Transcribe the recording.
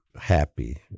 happy